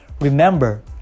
Remember